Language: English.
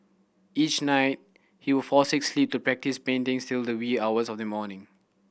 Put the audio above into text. each night he would forsake sleep to practise painting till the wee hours of the morning